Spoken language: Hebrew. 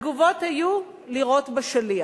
התגובות היו לירות בשליח.